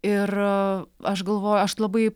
ir aš galvoju aš labai